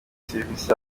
servisi